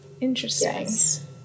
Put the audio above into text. Interesting